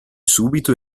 subito